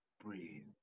Breathe